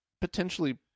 potentially